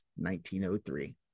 1903